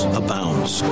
abounds